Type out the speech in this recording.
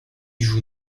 joue